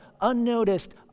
unnoticed